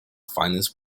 finance